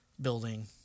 building